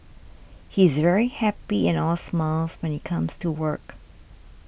he's very happy and all smiles when he comes to work